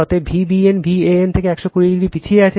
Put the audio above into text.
অতএব Vbn Van থেকে 120o পিছিয়ে আছে